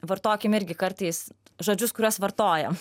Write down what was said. vartokim irgi kartais žodžius kuriuos vartojam